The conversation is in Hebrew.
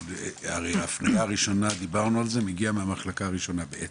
הרי הפניה ראשונה דיברנו על זה מגיע מהמחלקה הראשונה בעצם.